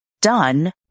done